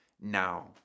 now